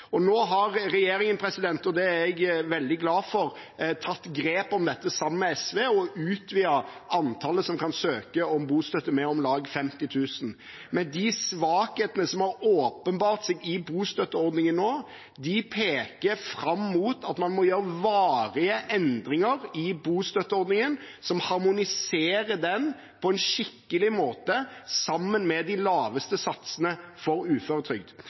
og strømstøtte. Nå har regjeringen, og det er jeg veldig glad for, tatt grep om dette sammen med SV og utvidet antallet som kan søke om bostøtte med om lag 50 000. De svakhetene som har åpenbart seg i bostøtteordningen nå, peker fram mot at man må gjøre varige endringer i bostøtteordningen, som harmoniserer den på en skikkelig måte sammen med de laveste satsene for uføretrygd.